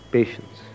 Patience